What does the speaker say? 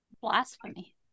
Blasphemy